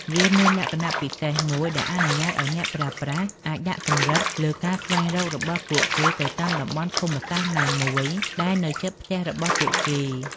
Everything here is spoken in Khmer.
វាមានលក្ខណៈពិសេសមួយដែលអនុញ្ញាតឱ្យអ្នកប្រើប្រាស់អាចដាក់កម្រិតលើការស្វែងរករបស់ពួកគេទៅតាមតំបន់ភូមិសាស្ត្រណាមួយដែលនៅជិតផ្ទះរបស់ពួកគេ។